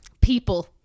people